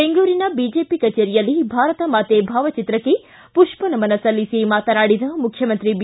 ಬೆಂಗಳೂರಿನ ಬಿಜೆಪಿ ಕಚೇರಿಯಲ್ಲಿ ಭಾರತ ಮಾತೆ ಭಾವಚಿತ್ರಕ್ಷೆ ಪುಪ್ಪನಮನ ಸಲ್ಲಿಬಿ ಮಾತನಾಡಿದ ಮುಖ್ಯಮಂತ್ರಿ ಬಿ